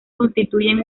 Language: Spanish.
constituyen